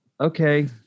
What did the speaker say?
okay